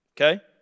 Okay